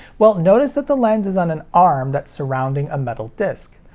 well, notice that the lens is on an arm that's surrounding a metal disc.